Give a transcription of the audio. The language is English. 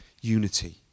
unity